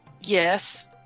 Yes